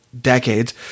decades